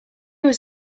was